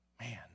Man